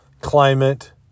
climate